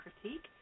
critique